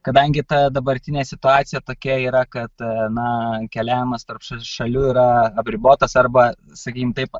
kadangi ta dabartinė situacija tokia yra kad na keliavimas tarp šalių yra apribotas arba sakykim taip